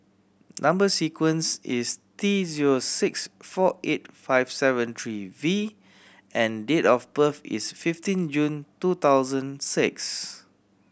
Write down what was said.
number sequence is T zero six four eight five seven three V and date of birth is fifteen June two thousand six